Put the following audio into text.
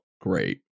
great